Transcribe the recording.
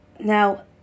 Now